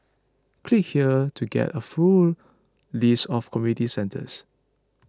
click here to get a full list of community centres